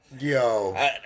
Yo